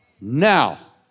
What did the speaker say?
Now